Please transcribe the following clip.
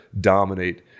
dominate